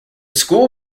school